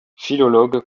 philologue